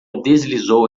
deslizou